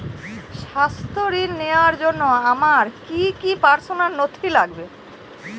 স্বাস্থ্য ঋণ নেওয়ার জন্য আমার কি কি পার্সোনাল নথি লাগবে?